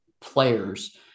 players